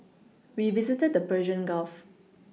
we visited the Persian Gulf